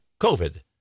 COVID